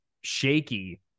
shaky